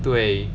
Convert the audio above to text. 对